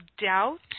doubt